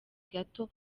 gato